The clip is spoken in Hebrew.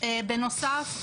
בנוסף,